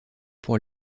pour